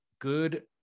good